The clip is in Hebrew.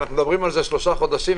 אנו מדברים על זה שלושה חודשים.